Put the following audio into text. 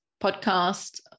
podcast